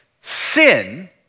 sin